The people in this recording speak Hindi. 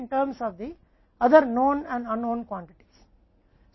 और फिर Q और s के संबंध में कोशिश करें और आंशिक रूप से अंतर करें